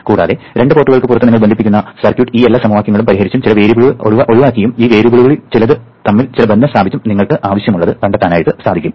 കൂടാതെ രണ്ട് പോർട്ടുകൾക്ക് പുറത്ത് നിങ്ങൾ ബന്ധിപ്പിക്കുന്ന സർക്യൂട്ട് ഈ എല്ലാ സമവാക്യങ്ങളും പരിഹരിച്ചും ചില വേരിയബിളുകൾ ഒഴിവാക്കിയും ഈ വേരിയബിളുകളിൽ ചിലത് തമ്മിൽ ചില ബന്ധം സ്ഥാപിച്ചും നിങ്ങൾക്ക് ആവശ്യമുള്ളത് കണ്ടെത്താനാകും